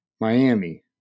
Miami